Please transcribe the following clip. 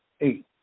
Eight